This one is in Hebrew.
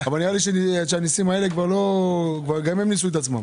אבל נראה לי שהניסים האלה גם הם ניסו את עצמם.